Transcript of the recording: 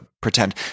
pretend